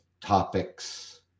topics